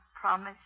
promise